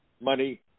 Money